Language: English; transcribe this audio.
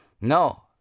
No